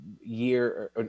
year